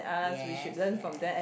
yes yes